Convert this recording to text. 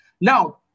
Now